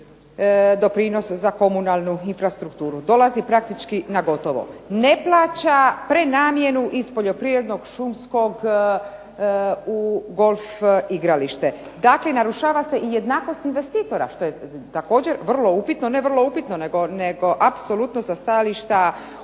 doprinos za komunalnu infrastrukturu. Dolazi praktički na gotovo. Ne plaća prenamjenu iz poljoprivrednog šumskog u golf igralište. Dakle narušava se jednakost investitora što je također vrlo upitno, ne vrlo upitno, nego apsolutno sa stajališta Ustava